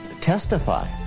testify